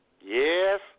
Yes